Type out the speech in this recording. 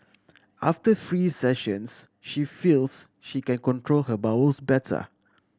after three sessions she feels she can control her bowels better